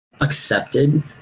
accepted